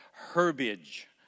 Herbage